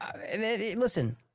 listen